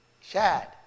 Shad